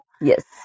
Yes